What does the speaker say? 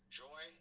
joy